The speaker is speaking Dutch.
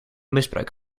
misbruik